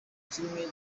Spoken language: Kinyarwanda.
kimwe